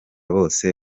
bose